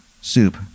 soup